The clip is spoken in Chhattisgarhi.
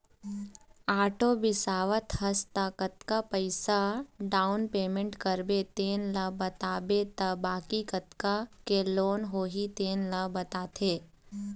आटो बिसावत हस त कतका पइसा डाउन पेमेंट करबे तेन ल बताबे त बाकी कतका के लोन होही तेन ल बताथे